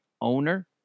owner